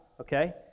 okay